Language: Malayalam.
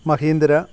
മഹീന്ദ്ര